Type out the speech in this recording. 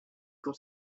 got